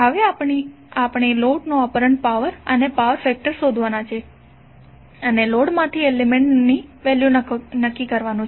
હવે આપણે લોડનો એપરન્ટ પાવર અને પાવર ફેક્ટર શોધવાના છે અને લોડમાંથી એલિમેન્ટ્ ની વેલ્યુ નક્કી કરવાની છે